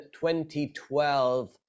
2012